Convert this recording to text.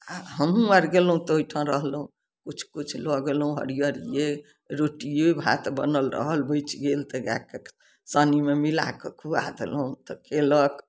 आओर हमहुँ आर गेलहुँ तऽ ओहिठाम रहलहुँ किछु किछु लअ गेलहुँ हरियरे रोटिये भात बनल रहल बचि गेल तऽ गायके सानिमे मिला कऽ खिआ देलहुँ तऽ खेलक